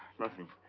nothing.